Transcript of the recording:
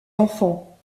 enfants